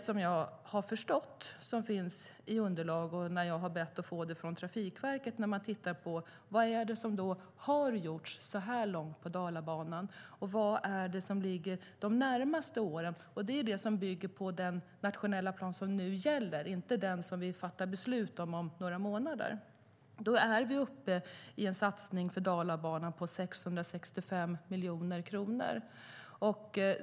Som jag har förstått det från de underlag jag har bett att få från Trafikverket och när man tittar på vad som har gjorts så här långt på Dalabanan och vad som ligger de närmaste åren är vi uppe i en satsning på 665 miljoner kronor för Dalabanan. Detta bygger på den nationella plan som nu gäller, inte den som vi fattar beslut om om några månader.